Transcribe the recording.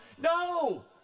No